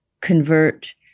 convert